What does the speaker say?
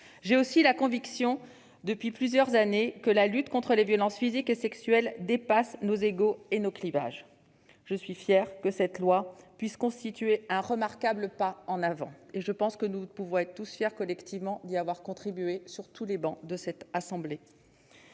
J'ai aussi la conviction, depuis plusieurs années, que la lutte contre les violences physiques et sexuelles dépasse nos ego et nos clivages. Je suis fière que cette proposition de loi puisse constituer, en la matière, un remarquable pas en avant, et je pense que nous pouvons être collectivement fiers d'y avoir contribué, sur toutes les travées de cette assemblée.